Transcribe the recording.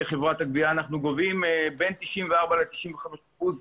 --- חברת הגבייה אנחנו גובים 94% 95%